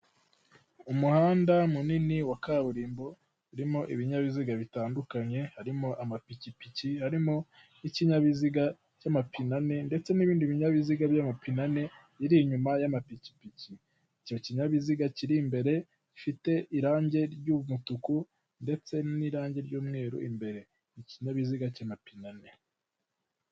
Umuhanda munini wa kaburimbo urimo ibinyabiziga bitandukanye harimo amapikipiki, harimo n'ikinyabiziga cy'amapine ane ndetse n'ibindi binyabiziga by'amapine ane iri inyuma y'amapikipiki, icyo kinyabiziga kiri imbere gifite irangi ry'umutuku ndetse n'irangi ry'umweru imbere, ikinyabiziga cy'amapine ane.